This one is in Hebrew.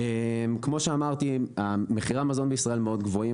כמו שאמרתי מחירי המזון בישראל מאוד גבוהים